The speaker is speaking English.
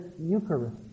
Eucharist